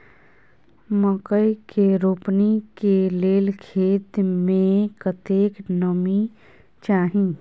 मकई के रोपनी के लेल खेत मे कतेक नमी चाही?